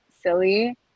silly